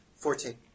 Fourteen